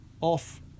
off